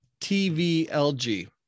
T-V-L-G